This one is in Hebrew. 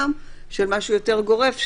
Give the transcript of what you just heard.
של משהו יותר גורף.